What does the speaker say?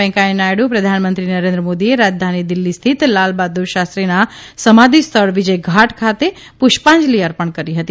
વેકૈંયા નાયડુ પ્રધાનમંત્રી નરેન્દ્ર મોદીએ રાજધાની દિલ્ફી સ્થિત લાલ બહાદુર શાસ્ત્રીના સમાધિ સ્થળ વિજયઘાટ ખાતે પુષાંજલિ અર્તણ કરી હતી